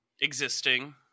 Existing